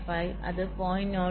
5 അത് 0